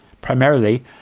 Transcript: primarily